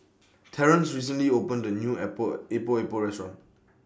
Terrance recently opened A New Epok Epok Restaurant